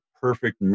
perfect